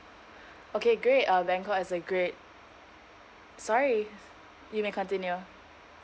okay great uh bangkok is a great sorry you may continue